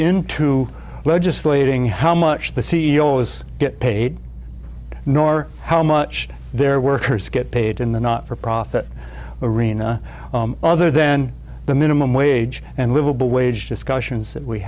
into legislating how much the c e o s get paid nor how much their workers get paid in the not for profit arena other than the minimum wage and livable wage discussions that we